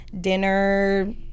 dinner